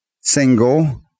Single